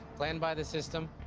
planned by the system.